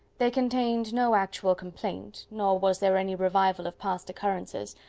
they contained no actual complaint, nor was there any revival of past occurrences,